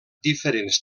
diferents